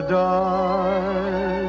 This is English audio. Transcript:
die